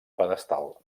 pedestal